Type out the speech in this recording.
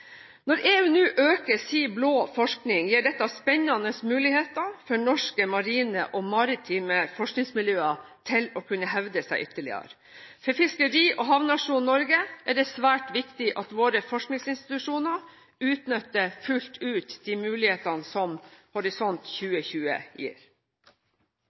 Når EU nå øker sin blå forskning, gir dette spennende muligheter for norske marine og maritime forskningsmiljøer til å kunne hevde seg ytterligere. For fiskeri- og havnasjonen Norge er det svært viktig at våre forskningsinstitusjoner utnytter fullt ut de mulighetene som Horisont 2020 gir.